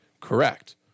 Correct